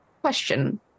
Question